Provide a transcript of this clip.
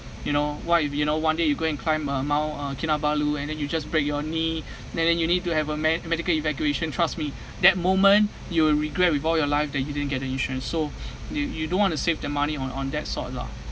you know why if you know one day you go and climb a mount uh kinabalu and then you just break your knee and then you need to have a med~ medical evacuation trust me that moment you will regret with all your life that you didn't get a insurance so you you don't want to save the money on on that sort lah